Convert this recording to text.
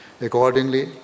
Accordingly